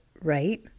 right